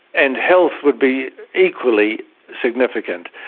and health would be equally significant.